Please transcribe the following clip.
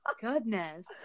Goodness